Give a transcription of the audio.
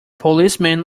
policemen